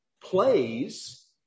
plays